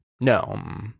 No